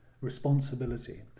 responsibility